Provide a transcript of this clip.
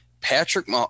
Patrick